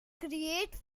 create